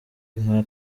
nka